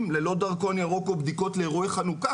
ללא דרכון ירוק או בדיקות לאירועי חנוכה.